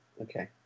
okay